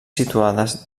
situades